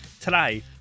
today